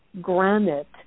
granite